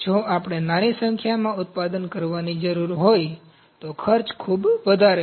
જો આપણે નાની સંખ્યામાં ઉત્પાદન કરવાની જરૂર હોય તો ખર્ચ ખૂબ વધારે છે